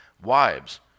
Wives